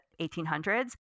1800s